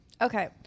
Okay